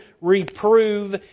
reprove